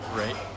right